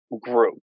group